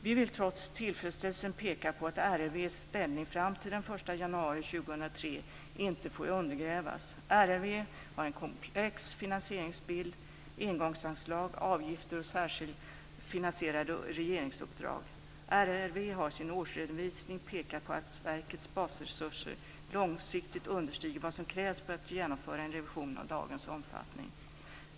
Vi vill trots tillfredsställelsen peka på att RRV:s ställning fram till den 1 januari 2003 inte får undergrävas. RRV har en komplex finansieringsbild, engångsanslag, avgifter och särskilt finansierade regeringsuppdrag. RRV har i sin årsredovisning pekat på att verkets basresurser långsiktigt understiger vad som krävs för att genomföra en revision av dagens omfattning.